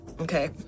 Okay